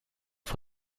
for